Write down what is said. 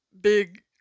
big